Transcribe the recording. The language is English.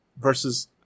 versus